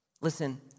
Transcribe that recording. Listen